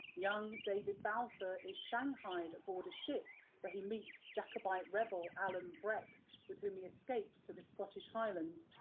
young david balfour is shanghaied aboard a ship where he meets jacobite rebel alan breck with whom he escapes to the scottish highlands,